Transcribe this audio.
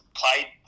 played